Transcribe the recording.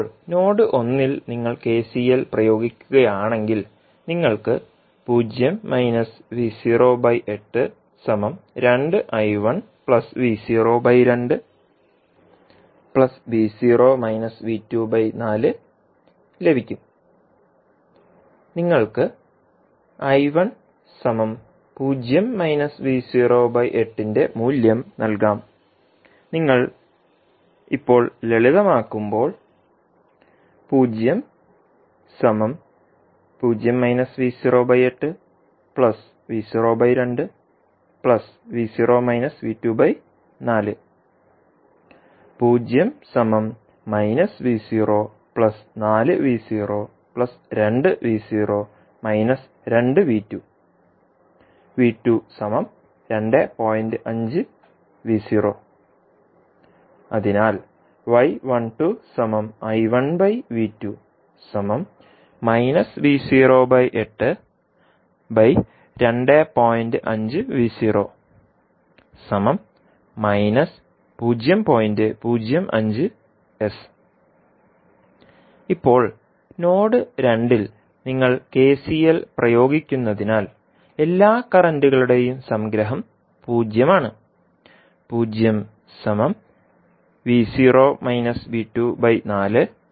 ഇപ്പോൾ നോഡ് 1 ൽ നിങ്ങൾ കെസിഎൽ പ്രയോഗിക്കുകയാണെങ്കിൽ നിങ്ങൾക്ക് ലഭിക്കും നിങ്ങൾക്ക് ന്റെ മൂല്യം നൽകാം നിങ്ങൾ ഇപ്പോൾ ലളിതമാക്കുമ്പോൾ അതിനാൽ ഇപ്പോൾ നോഡ് 2ൽ നിങ്ങൾ കെസിഎൽ പ്രയോഗിക്കുന്നതിനാൽ എല്ലാ കറന്റ്കളുടെയും സംഗ്രഹം 0 ആണ്